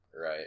Right